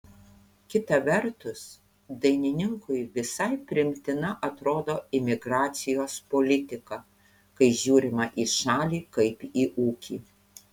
kita vertus dainininkui visai priimtina atrodo imigracijos politika kai žiūrima į šalį kaip į ūkį